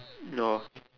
no